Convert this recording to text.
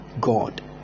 God